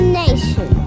nation